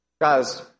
Guys